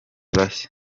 bashya